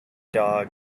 dog